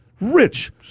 rich